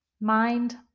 mind